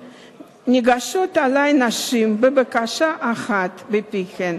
ניגשות אלי נשים ובקשה אחת בפיהן: